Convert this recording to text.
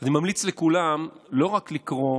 אני ממליץ לכולם לא רק לקרוא